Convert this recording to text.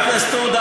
תוציאו אותו.